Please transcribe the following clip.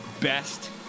best